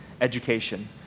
education